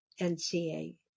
NCA